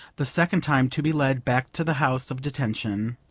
the second time to be led back to the house of detention,